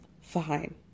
fine